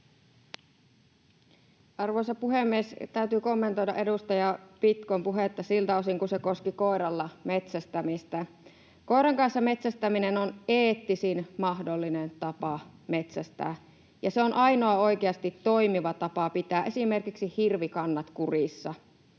Arvoisa puhemies! Täytyy kommentoida edustaja Pitkon puhetta siltä osin kuin se koski koiralla metsästämistä. Koiran kanssa metsästäminen on eettisin mahdollinen tapa metsästää, ja se on ainoa oikeasti toimiva tapa pitää esimerkiksi hirvikannat kurissa.